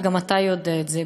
וגם אתה יודע את זה.